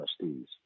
Trustees